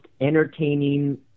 entertaining